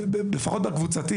לפחות בקבוצתי